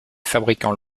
fabricants